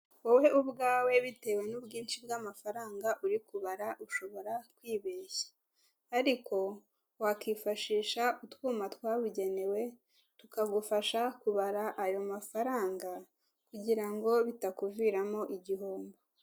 Wowe ubwawe bitewe n'ubwinshi bw'amafaranga uri kubara ushobora kwibeshya, ariko wakifashisha utwuma twabugenewe tukagufasha kubara ayo mafaranga kugira ngo bitakuviramo igihombo.